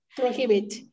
prohibit